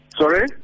Sorry